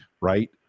right